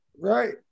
Right